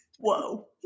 Whoa